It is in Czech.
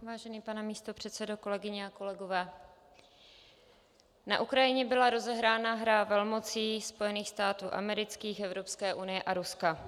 Vážený pane místopředsedo, kolegyně a kolegové, na Ukrajině byla rozehrána hra velmocí Spojených států amerických, Evropské unie a Ruska.